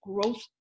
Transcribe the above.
growth